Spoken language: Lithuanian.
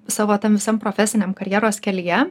savo tam visam profesiniam karjeros kelyje